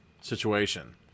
situation